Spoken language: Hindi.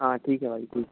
हाँ ठीक है भाई ठीक